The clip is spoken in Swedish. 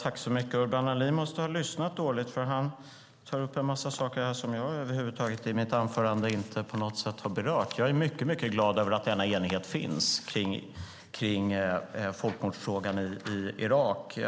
Herr talman! Urban Ahlin måste ha lyssnat dåligt. Han tar upp en massa saker som jag över huvud taget inte på något sätt berörde i mitt anförande. Jag är mycket glad över att denna enighet finns om folkmordsfrågan i Irak.